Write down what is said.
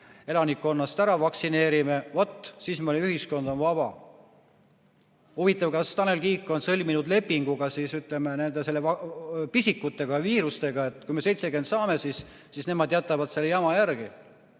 elanikkonnast ära vaktsineerime, vot siis meie ühiskond on vaba. Huvitav, kas Tanel Kiik on sõlminud lepingu siis ka nende pisikute ja viirustega, et kui me 70% saame, siis nemad jätavad selle jama järele.